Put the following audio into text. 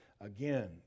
Again